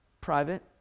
private